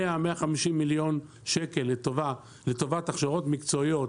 150-100 מיליון שקל לטובת הכשרות מקצועיות